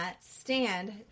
stand